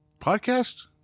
podcast